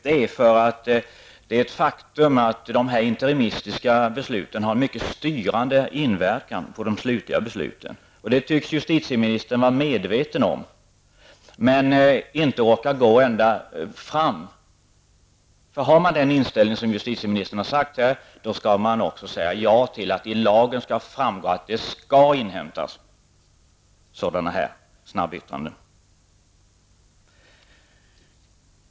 Det är ett faktum att dessa interimistiska beslut har en mycket styrande inverkan på de slutliga besluten. Det tycks justitieministern vara medveten om, men man orkar inte gå ändå fram. Har man den inställning som justitieministern här har sagt, skall man också säga ja till att det i lagen skall framgå att dessa s.k. snabbyttranden skall inhämtas.